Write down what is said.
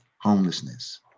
homelessness